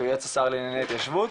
יועץ השר לענייני התיישבות.